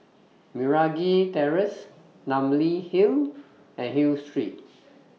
Meragi Terrace Namly Hill and Hill Street